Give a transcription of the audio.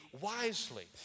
wisely